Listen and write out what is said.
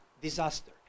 disaster